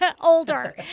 Older